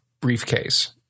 briefcase